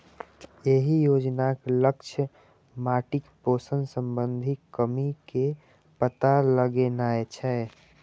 एहि योजनाक लक्ष्य माटिक पोषण संबंधी कमी के पता लगेनाय छै